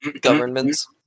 governments